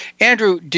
Andrew